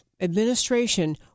administration